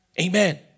Amen